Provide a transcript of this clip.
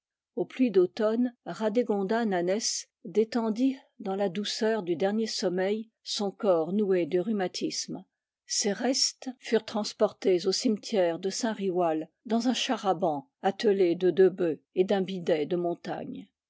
aux pluies d'automne radégonda nanès détendit dans la dpuceur du dernier sommeil son corps noué de rhumatismes ses restes furent transportés au cimetière de saint riwal dans un char à bancs attelé de deux bœufs et d'un bidet de montagne